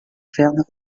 fernand